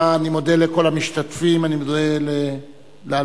אני מודה לכל המשתתפים.